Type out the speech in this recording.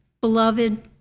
Beloved